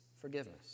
forgiveness